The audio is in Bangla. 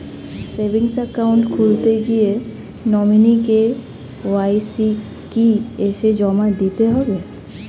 সেভিংস একাউন্ট খুলতে গিয়ে নমিনি কে.ওয়াই.সি কি এসে জমা দিতে হবে?